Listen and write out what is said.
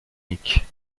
nique